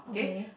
okay